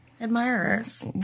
admirers